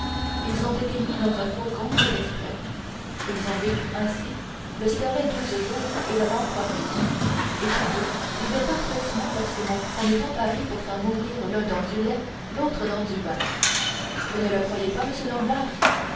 ils ont été mis dans un fourgon fait exprès ils ont vécu ainsi le sterlet douze jours et la lamproie huit et tous deux vivaient parfaitement lorsque mon cuisinier s'en est emparé pour faire mourir l'un dans du lait l'autre dans du vin vous ne le croyez pas monsieur danglars